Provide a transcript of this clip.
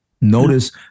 Notice